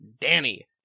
danny